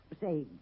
Say